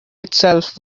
itself